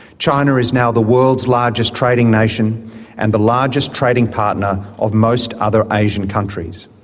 china is now the world's largest trading nation and the largest trading partner of most other asian countries.